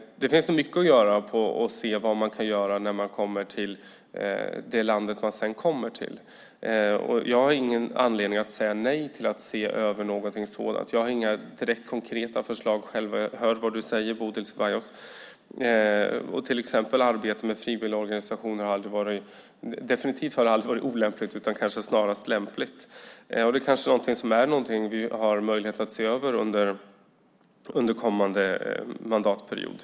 Det finns mycket att göra när man ser till det landet som de sedan kommer till. Jag har ingen anledning att säga nej till att se över någonting sådant. Jag har inga direkt konkreta förslag själv, men jag hör vad du säger, Bodil Ceballos. Arbete med till exempel frivilligorganisationer har definitivt aldrig varit olämpligt utan kanske snarast lämpligt. Det kanske är någonting som vi har möjlighet att se över under kommande mandatperiod.